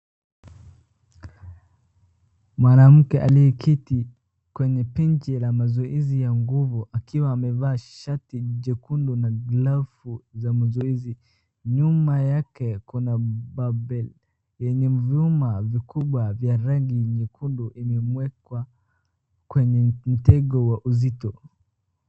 Mwanamke alieketii kwenye pinchi la mazoezi ya nguvu akiwa amevaa shati jekundu na glovu za mazoezi. Nyuma yake kuna babe yenye vyuma vikubwa vya rangi nyekundu imeekwa kwenye mtego wa uzito.